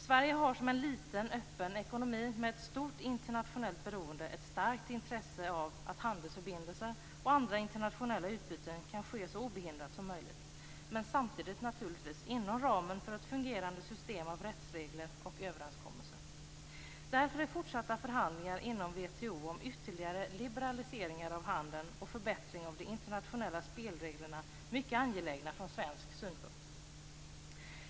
Sverige har som en liten öppen ekonomi med ett stort internationellt beroende ett starkt intresse av att handelsförbindelser och andra internationella utbyten kan ske så obehindrat som möjligt, men samtidigt inom ramen för ett fungerande system av rättsregler och överenskommelser. Därför är från svensk synpunkt fortsatta förhandlingar inom WTO om ytterligare liberaliseringar av handeln och förbättring av de internationella spelreglerna mycket angelägna.